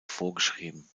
vorgeschrieben